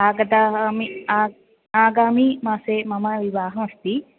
आगतामि आ आगामि मासे मम विवाहः अस्ति